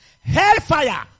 hellfire